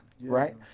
right